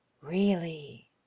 Really